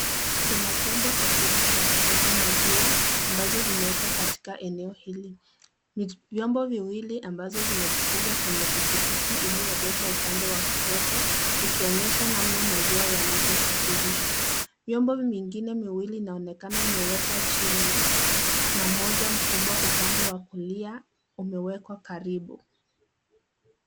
Kuna viombo vikubwa vya kubeba maziwa ambazo zimewekwa katika eneo hili ni viombo viwili ambazo zimefungwa kwenye pikipiki iliyoegeshwa upande wa kushoto ikionyesha namna maziwa yanavyosafirishwa , viombo mengine miwili inaonekana imewekwa chini na mmoja mkubwa upande wa kulia umewekwa karibu.